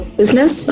business